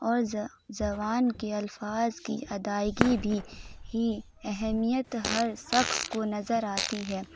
اور زبان کے الفاظ کی ادائیگی بھی ہی اہمیت ہر شخص کو نظر آتی ہے